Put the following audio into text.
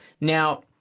Now